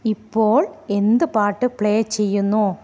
ഇപ്പോൾ എന്ത് പാട്ട് പ്ലേ ചെയ്യുന്നു